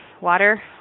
water